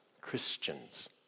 Christians